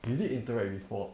we did interact before